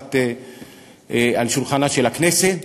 שמונחת על שולחנה של הכנסת.